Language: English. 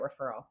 referral